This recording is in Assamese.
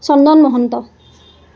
চন্দন মহন্ত